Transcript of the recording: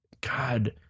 God